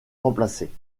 remplacés